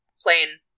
plain